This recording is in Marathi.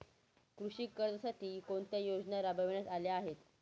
कृषी कर्जासाठी कोणत्या योजना राबविण्यात आल्या आहेत?